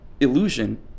illusion